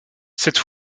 cette